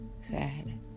sad